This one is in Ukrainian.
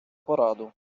пораду